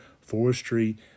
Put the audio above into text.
forestry